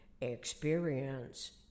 experience